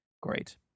Great